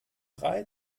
drei